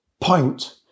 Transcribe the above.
point